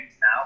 now